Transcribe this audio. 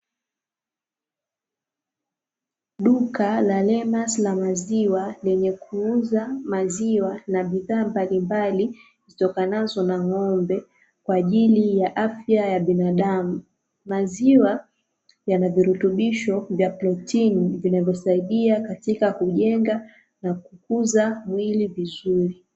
Duka la LEMASI la maziwa lenye kuuza maziwa na bidhaa mbalimbali zitokanazo na ng'ombe kwajili ya afya ya binadamu, maziwa yanavirutubisho vya protini vinavyo saidia katika kujenga na kukuza mwili vizuri.